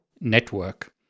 network